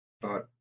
thought